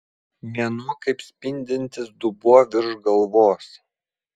mėnuo kaip spindintis dubuo virš galvos